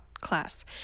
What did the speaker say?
class